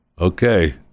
Okay